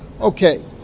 okay